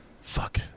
Fuck